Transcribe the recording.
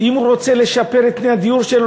אם הוא רוצה לשפר את תנאי הדיור שלו,